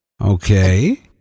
Okay